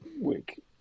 week